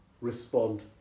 respond